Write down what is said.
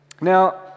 Now